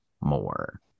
more